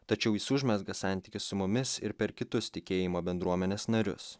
tačiau jis užmezga santykį su mumis ir per kitus tikėjimo bendruomenės narius